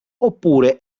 oppure